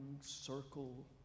circle